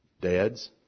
Dads